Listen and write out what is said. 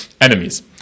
enemies